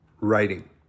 writing